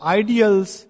ideals